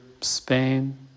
Spain